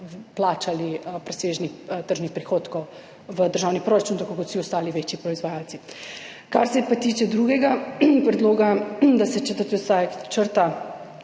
plačali presežnih tržnih prihodkov v državni proračun tako, kot vsi ostali večji proizvajalci. Kar se pa tiče drugega predloga, da se četrti odstavek črta,